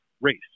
race